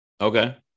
Okay